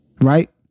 right